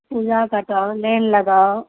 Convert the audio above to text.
पूर्जा कटाउ लाइन लगाउ